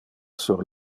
sur